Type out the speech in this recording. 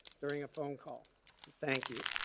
during a phone call. so thank you.